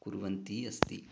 कुर्वन्ती अस्ति